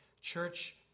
church